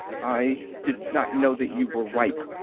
i did not know that you were ripe,